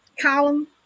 column